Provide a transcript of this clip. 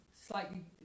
slightly